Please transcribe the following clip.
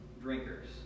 drinkers